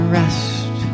rest